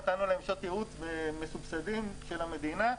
נתנו להם שעות ייעוץ מסובסדות של המדינה,